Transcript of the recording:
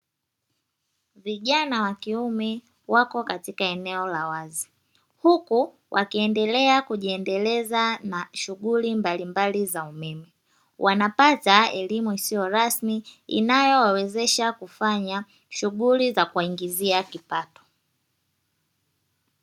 Vijana wa kiume wako katika eneo wako katika eneo la wazi, huku wakiendelea kujiendeleza na shughuli mbalimbali za umeme, wanapata elimu isiyo rasmi inayowawezesha kufanya shughuli za kuwaingizia kipato.